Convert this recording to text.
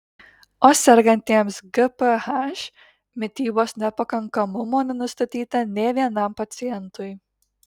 o sergantiems gph mitybos nepakankamumo nenustatyta nė vienam pacientui